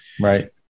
Right